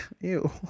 ew